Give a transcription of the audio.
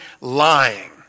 lying